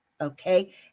Okay